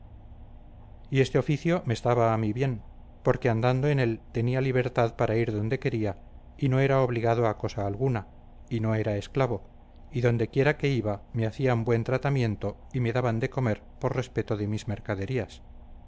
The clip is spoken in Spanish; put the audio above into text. y este oficio me estaba a mí bien porque andando en él tenía libertad para ir donde quería y no era obligado a cosa alguna y no era esclavo y dondequiera que iba me hacían buen tratamiento y me daban de comer por respeto de mis mercaderías